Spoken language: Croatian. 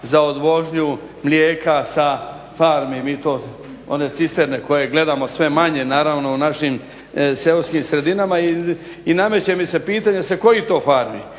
za odvožnju mlijeka sa farmi, mi to, one cisterne koje gledamo sve manje naravno u našim seoskim sredinama. I nameće mi se pitanje sa kojih to farmi,